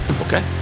Okay